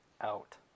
out